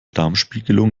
darmspiegelung